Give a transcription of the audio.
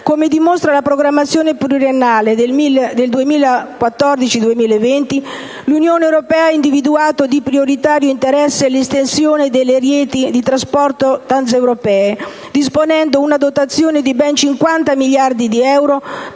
Come dimostra la programmazione finanziaria pluriennale 2014-2020, l'Unione europea ha individuato di prioritario interesse l'estensione delle reti di trasporto transeuropee, disponendo una dotazione di ben 50 miliardi di euro